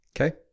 okay